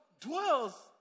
dwells